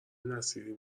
نصیری